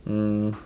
um